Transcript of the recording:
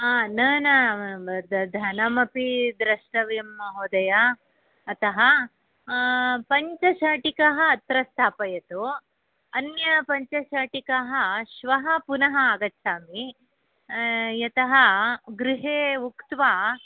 ह न न धनमपि द्रष्टव्यं महोदय अतः पञ्च शाटिकाः अत्र स्थापयतु अन्याः पञ्च शाटिकाः श्वः पुनः आगच्छामि यतः गृहे उक्त्वा